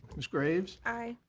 ms. graves. aye.